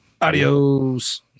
Adios